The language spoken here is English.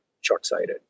short-sighted